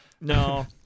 No